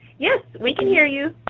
yes, we can hear you.